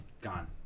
Gone